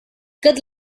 good